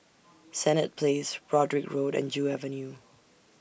Senett Place Broadrick Road and Joo Avenue